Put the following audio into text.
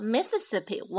Mississippi